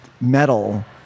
metal